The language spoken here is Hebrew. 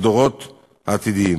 הדורות העתידיים.